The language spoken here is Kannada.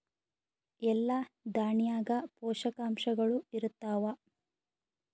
ಎಲ್ಲಾ ದಾಣ್ಯಾಗ ಪೋಷಕಾಂಶಗಳು ಇರತ್ತಾವ?